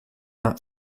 not